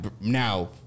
now